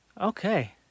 Okay